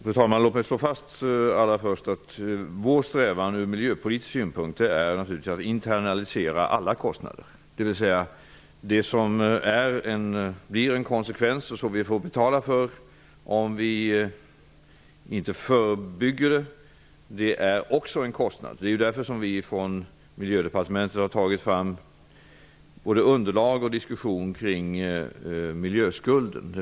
Fru talman! Låt mig först slå fast att vår strävan från miljöpolitisk synpunkt är att internalisera alla kostnader. Det som blir en konsekvens som vi får betala för om den inte förebyggs är ju också en kostnad. Därför har vi från Miljödepartementet tagit fram underlag om och haft diskussion kring miljöskulden.